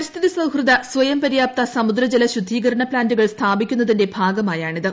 പരിസ്ഥിതിസൌഹൃദ സ്വയം പര്യാപ്ത സമുദ്രജല ശുദ്ധീകരണ പ്ലാന്റുകൾ സ്ഥാപിക്കുന്നതിന്റെ ഭാഗമായാണിത്